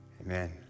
Amen